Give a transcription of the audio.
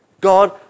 God